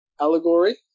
allegory